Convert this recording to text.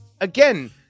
again